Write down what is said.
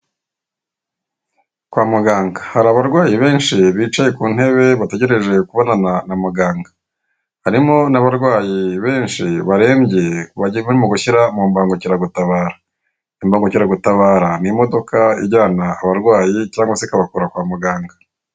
Kwa muganga hari abarwayi benshi bicaye ku ntebe bategereje kubonana na muganga, harimo n'abarwayi benshi barembye bageze mu gushyira mu mbangukiragutabara. Imbangukiragutabara ni imodoka ijyana abarwayi cyangwa se ikabakura kwa muganga.